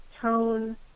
tone